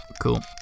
Cool